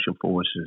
Forces